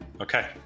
Okay